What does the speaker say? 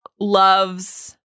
loves